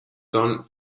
son